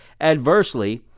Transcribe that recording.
Adversely